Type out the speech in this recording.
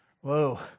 Whoa